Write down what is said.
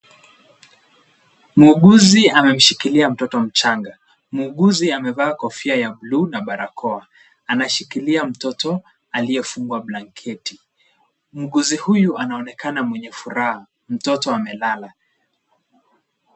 Muuguzi amemshikilia mtoto mchanga. Muuguzi amevaa kofia ya buluu na barakoa. Anashikilia mtoto aliyefungwa blanketi. Muuguzi huyu anaonekana mwenye furaha. Mtoto amelala.